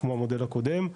כמו המודל הקודם,